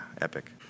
epic